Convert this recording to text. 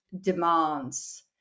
demands